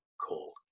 cold